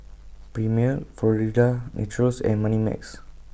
Premier Florida's Natural and Moneymax